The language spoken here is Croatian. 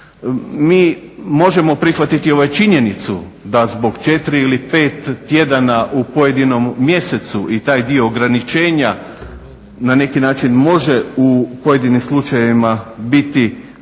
Mi možemo prihvatiti ovu činjenicu da zbog 4 ili 5 tjedana u pojedinom mjesecu i taj dio ograničenja na neki način može u pojedinim slučajevima biti problem,